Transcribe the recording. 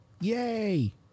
Yay